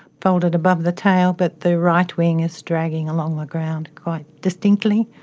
folded above the tail, but the right wing is dragging along the ground quite distinctly.